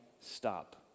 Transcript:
stop